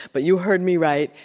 but you heard me right.